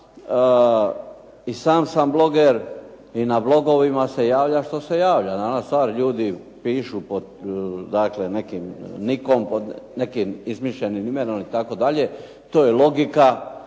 sam sam bloger i na blogovima se javlja što se javlja.